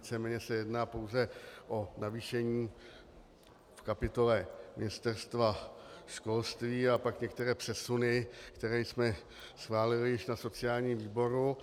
Víceméně se jedná pouze o navýšení v kapitole Ministerstva školství a pak některé přesuny, které jsme schválili již na sociálním výboru.